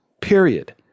period